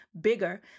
bigger